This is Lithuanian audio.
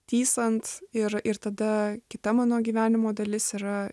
tysant ir ir tada kita mano gyvenimo dalis yra